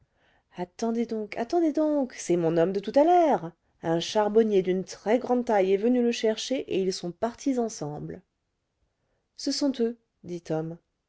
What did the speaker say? attendez donc attendez donc c'est mon homme de tout à l'heure un charbonnier d'une très-grande taille est venu le chercher et ils sont partis ensemble ce sont eux dit tom